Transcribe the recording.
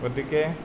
গতিকে